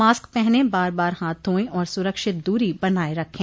mask पहने बार बार हाथ धोएं और सुरक्षित दूरी बनाये रखें